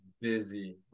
Busy